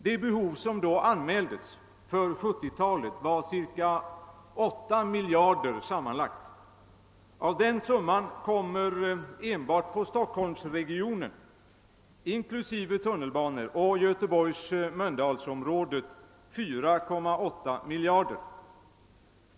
De behov som då anmäldes för 1970-talet uppgick till sammanlagt cirka 8 miljarder kronor, och av den summan kommer enbart på Stockholmsregionen inklusive tunnelbanor och Göteborg-Mölndalsområdet 4,8 miljarder.